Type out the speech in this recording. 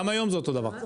גם היום זה אותו דבר.